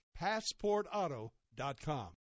PassportAuto.com